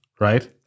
right